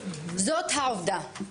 זאת העובדה.